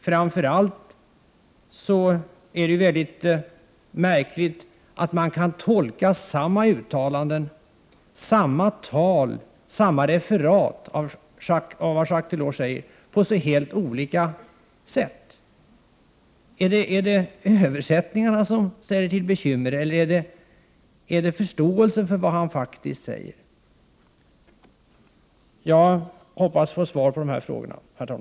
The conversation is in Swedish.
Framför allt är det väldigt märkligt att man kan tolka samma uttalande, samma tal och samma referat av Jacques Delors på så helt olika sätt. Är det översättningarna eller är det förståelsen för vad han faktiskt säger som ställer till bekymmer? Jag hoppas, herr talman, att få svar på dessa frågor.